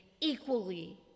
equally